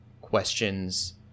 questions